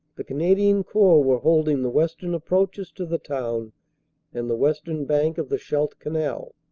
the canadian corps were holding the western approaches to the town and the western bank of the scheldt canal,